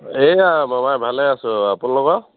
এয়া মোমাই ভালে আছোঁ আপোনালোকৰ